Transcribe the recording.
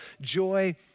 joy